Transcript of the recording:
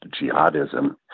jihadism